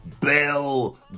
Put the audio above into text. Bill